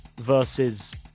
versus